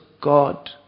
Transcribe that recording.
God